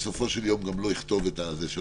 שבסופו של יום גם לא יכתוב את הפרטים שלו,